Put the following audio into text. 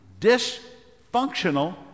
dysfunctional